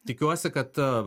tikiuosi kad ta